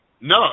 No